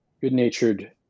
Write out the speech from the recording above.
good-natured